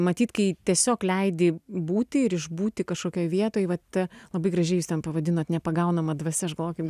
matyt kai tiesiog leidi būti ir išbūti kažkokioj vietoj vat labai gražiai jūs ten pavadinot nepagaunama dvasia žvakėm